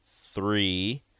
three